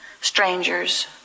strangers